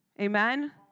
Amen